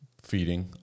feeding